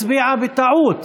הצביעה בטעות